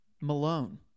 Malone